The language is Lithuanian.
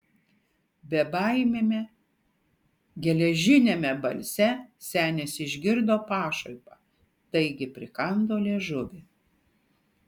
bebaimiame geležiniame balse senis išgirdo pašaipą taigi prikando liežuvį